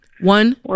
One